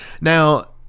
Now